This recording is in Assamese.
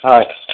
হয়